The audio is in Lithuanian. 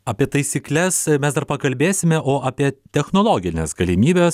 apie taisykles mes dar pakalbėsime o apie technologines galimybes